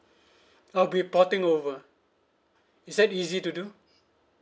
I'll be porting over is that easy to do